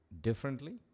differently